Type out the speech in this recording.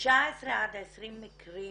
19 עד 20 מקרים